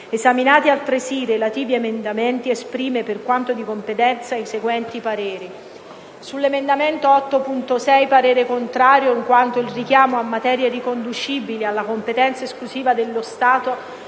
Esaminati altresì i relativi emendamenti, esprime, per quanto di competenza, i seguenti pareri: - sull'emendamento 8.6 parere contrario, in quanto il richiamo a materie riconducibili alla competenza esclusiva dello Stato